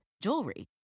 jewelry